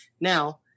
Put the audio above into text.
Now